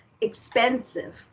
expensive